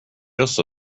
also